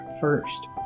first